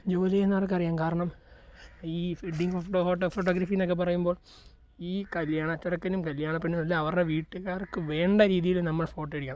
ജോലി ചെയ്യുന്നവർക്കറിയാം കാരണം ഈ വെഡ്ഡിങ്ങ് ഫോട്ടോ ഫോട്ടോ ഫോട്ടോഗ്രാഫി എന്നൊക്കെ പറയുമ്പോൾ ഈ കല്യാണച്ചെറുക്കനും കല്യാണപ്പെണ്ണിനും എല്ലാം അവരുടെ വീട്ടുകാർക്ക് വേണ്ട രീതിയിൽ നമ്മൾ ഫോട്ടോ എടുക്കണം